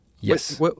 Yes